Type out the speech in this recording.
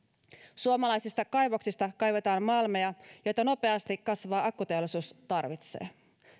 suomalaisista kaivoksista kaivetaan malmeja joita nopeasti kasvava akkuteollisuus tarvitsee